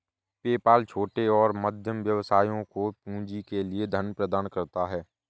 PayPal छोटे और मध्यम व्यवसायों को पूंजी के लिए धन प्रदान करता है